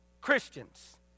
Christians